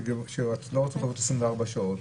--- יכולות 24 שעות,